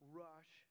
rush